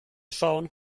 schauen